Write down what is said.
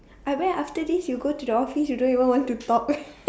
I wear after this you go to the office you don't even want to talk